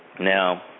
Now